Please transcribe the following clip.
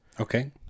okay